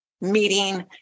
meeting